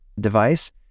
device